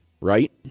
right